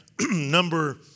Number